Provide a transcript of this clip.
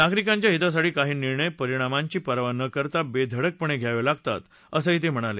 नागरिकांच्या हितासाठी काही निर्णय परिणामांची पर्वा न करता बेधडकपणे घ्यावे लागतात असं ते म्हणाले